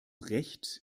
recht